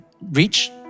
reach